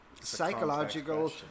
psychological